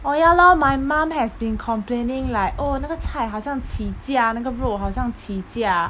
orh ya lor my mom has been complaining like oh 那个菜好像起价那个肉好像起价